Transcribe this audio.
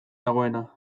dagoena